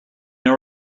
know